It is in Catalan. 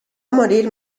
morir